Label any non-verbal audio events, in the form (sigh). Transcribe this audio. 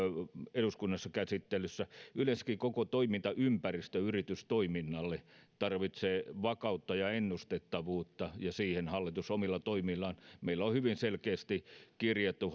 eduskunnassa käsittelyssä yleensäkin koko toimintaympäristö yritystoiminnalle tarvitsee vakautta ja ennustettavuutta ja siihen hallitus pyrkii omilla toimillaan meillä on hyvin selkeästi kirjattu (unintelligible)